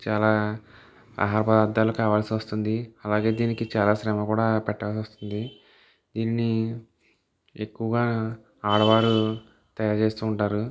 చాలా ఆహార పదార్ధాలు కావలసి వస్తుంది అలాగే దీనికి చాలా శ్రమ కూడా పెట్టాల్సి వస్తుంది దీన్ని ఎక్కువగా ఆడవాళ్ళు తయారు చేస్తు ఉంటారు